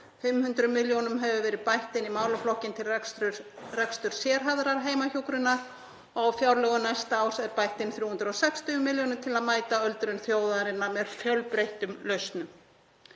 500 milljónum hefur verið bætt inn í málaflokkinn til rekstrar sérhæfðrar heimahjúkrunar og á fjárlögum næsta árs er bætt inn 360 milljónum til að mæta öldrun þjóðarinnar með fjölbreyttum lausnum.